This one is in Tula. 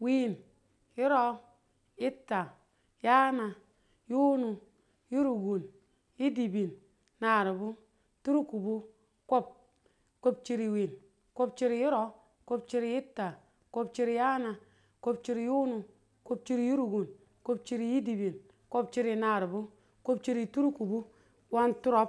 win. yirau. yitta. yaanang. yunu. yurukuun. yidibin. naribu. turkubu. kub. kub chiri wiin. kub chiri yurau. kub chiri yitta. kub chiri yaana. kub chiri yunu. kub chiri yurukum. kub chiri yidibin. kub chiri naribu. kub chiri turukubu. wan turau.